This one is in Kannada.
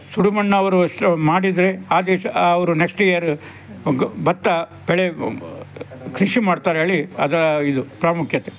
ಸುಡು ಮಣ್ಣು ಅವರು ಸ್ ಮಾಡಿದರೆ ಆ ದಿವಸ ಅವರು ನೆಕ್ಸ್ಟ್ ಇಯರ್ ಗ್ ಭತ್ತ ಬೆಳೆ ಕೃಷಿ ಮಾಡ್ತಾರೆ ಹೇಳಿ ಅದ ಇದು ಪ್ರಾಮುಖ್ಯತೆ